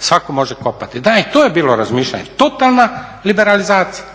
svako može kopati, da i to je bilo razmišljanje, totalna liberalizacija.